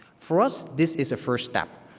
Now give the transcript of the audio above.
for us, this is a first step,